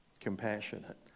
compassionate